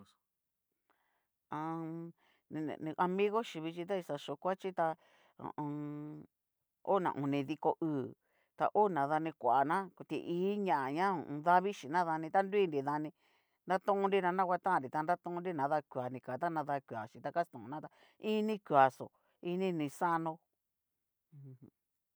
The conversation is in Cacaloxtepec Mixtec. A ummm amigo xhí vichí ta ni xa xho'o kuachí tá ho o n. ona onidiko uu, ta ona dani kuana ti'i ña'a ña davi shin'nadani ta nrinri dani, nratonnri ña nakuatannri ta nratonri nada kuea nika ta nada kueaxhí ta kastonna tá, inikuaxo ini nixanó.